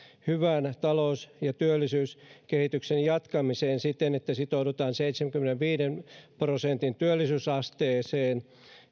hyvän talous ja työllisyyskehityksen jatkamiseen siten että sitoudutaan seitsemänkymmenenviiden prosentin työllisyysasteeseen